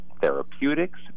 therapeutics